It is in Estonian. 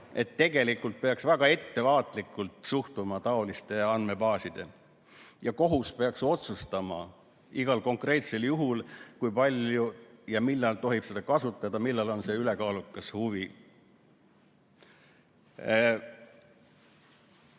et tegelikult peaks väga ettevaatlikult suhtuma taolistesse andmebaasidesse ja kohus peaks igal konkreetsel juhul otsustama, kui palju ja millal tohib seda kasutada, millal on see ülekaalukas huvi.